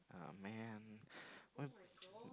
!aww! man what if